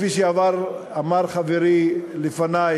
כפי שאמר חברי לפני,